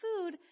food